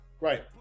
Right